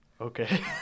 Okay